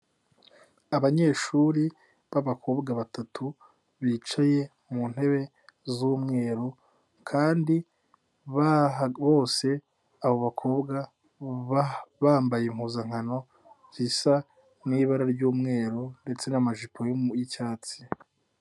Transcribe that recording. Abanyeshuri b'abakobwa batatu, bicaye mu ntebe z'umweru kandi bose abo bakobwa bambaye impuzankano zisa n'ibara ry'umweru ndetse n'amajipo y'icyatsi.